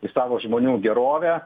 į savo žmonių gerovę